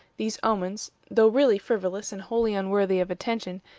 these omens, though really frivolous and wholly unworthy of attention,